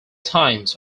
times